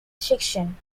section